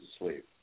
asleep